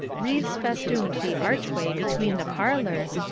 wreaths festooned the archway between the parlours,